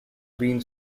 been